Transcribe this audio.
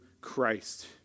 Christ